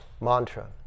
mantra